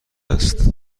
است